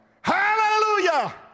hallelujah